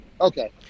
Okay